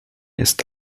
ist